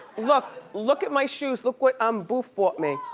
look, look at my shoes. look what um boof bought me.